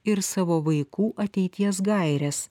ir savo vaikų ateities gaires